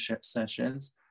sessions